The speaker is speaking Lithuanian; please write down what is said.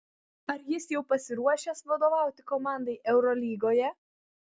ar jis jau pasiruošęs vadovauti komandai eurolygoje